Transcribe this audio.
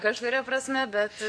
kažkuria prasme bet